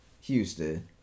Houston